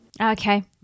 Okay